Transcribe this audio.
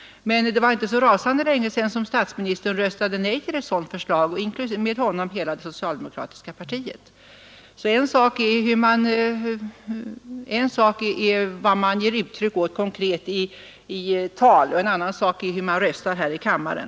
Men det var inte så rasande länge sedan som statsministern röstade nej till ett sådant förslag och med honom hela det socialdemokratiska partiet. En sak är alltså vad man ger uttryck åt konkret i tal, en annan sak är hur man röstar här i kammaren.